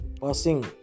passing